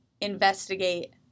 investigate